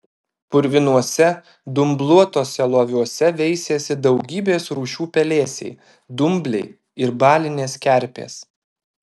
purvinuose dumbluotuose loviuose veisėsi daugybės rūšių pelėsiai dumbliai ir balinės kerpės